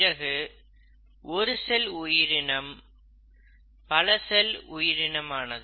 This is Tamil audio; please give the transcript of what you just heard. பிறகு ஒரு செல் உயிரினம் பல செல் உயிரினம் ஆக மாறியது